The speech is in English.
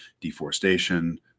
deforestation